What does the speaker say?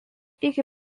iki